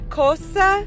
cosa